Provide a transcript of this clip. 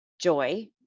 joy